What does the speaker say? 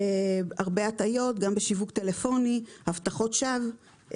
הרבה הטעיות גם בשיווק טלפוני, הבטחות שווא.